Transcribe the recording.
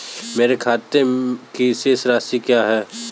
मेरे खाते की शेष राशि क्या है?